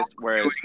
Whereas